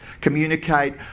communicate